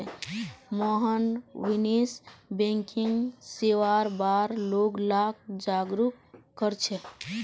मोहन निवेश बैंकिंग सेवार बार लोग लाक जागरूक कर छेक